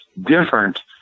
different